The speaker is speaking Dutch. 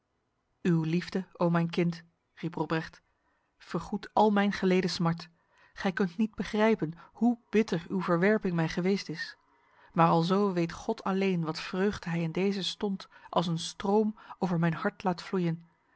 uw liefde o mijn kind riep robrecht vergoedt al mijn geleden smart gij kunt niet begrijpen hoe bitter uw verwerping mij geweest is maar alzo weet god alleen wat vreugde hij in deze stond als een stroom over mijn hart laat vloeien